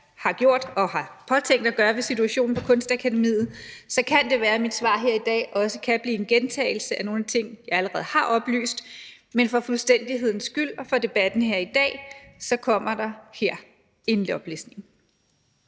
har gjort og har påtænkt at gøre ved situationen på Kunstakademiet, kan det være, at mit svar her i dag også kan blive en gentagelse af nogle af de ting, jeg allerede har oplyst. Men for fuldstændighedens skyld og for debatten her i dag, kommer der her en oplistning.